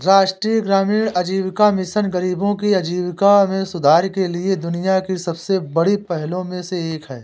राष्ट्रीय ग्रामीण आजीविका मिशन गरीबों की आजीविका में सुधार के लिए दुनिया की सबसे बड़ी पहलों में से एक है